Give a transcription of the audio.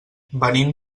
venim